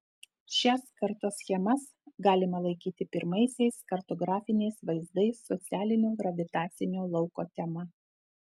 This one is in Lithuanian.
šias kartoschemas galima laikyti pirmaisiais kartografiniais vaizdais socialinio gravitacinio lauko tema